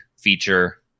feature